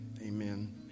Amen